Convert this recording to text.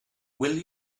will